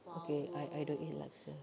okay I I don't eat laksa